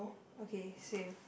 okay same